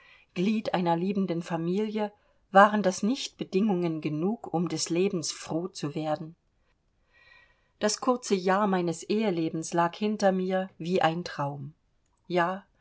glied einer liebenden familie waren das nicht bedingungen genug um des lebens froh zu werden das kurze jahr meines ehelebens lag hinter mir wie ein traum ja